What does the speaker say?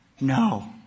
no